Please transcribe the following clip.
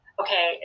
okay